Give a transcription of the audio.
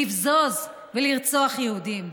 לבזוז ולרצוח יהודים.